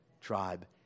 tribe